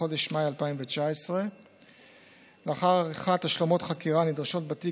בחודש מאי 2019. לאחר עריכת השלמות חקירה נדרשות בתיק